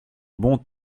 bons